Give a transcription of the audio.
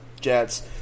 jets